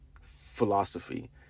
philosophy